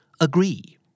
Agree